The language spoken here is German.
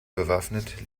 bewaffnet